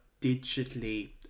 digitally